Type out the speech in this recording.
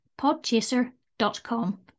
podchaser.com